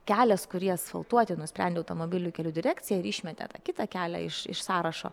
kelias kurį asfaltuoti nusprendė automobilių kelių direkcija ir išmetė tą kitą kelią iš iš sąrašo